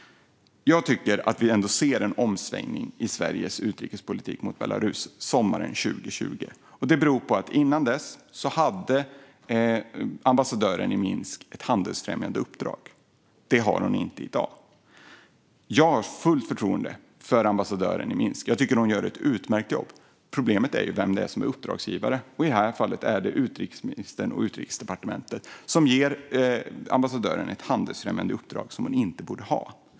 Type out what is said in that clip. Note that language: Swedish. Jag tycker att vi ändå ser en omsvängning i Sveriges utrikespolitik mot Belarus sommaren 2020. Innan dess hade ambassadören i Minsk ett handelsfrämjande uppdrag. Det har hon inte i dag. Jag har fullt förtroende för ambassadören i Minsk. Jag tycker att hon gör ett utmärkt jobb. Problemet är ju vem det är som är uppdragsgivare. I det här fallet är det utrikesministern och Utrikesdepartementet, som ger ambassadören ett handelsfrämjande uppdrag som hon inte borde ha.